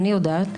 אני יודעת,